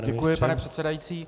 Děkuji, pane předsedající.